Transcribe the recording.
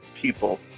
people